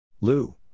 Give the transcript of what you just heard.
Lou